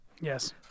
Yes